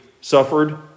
suffered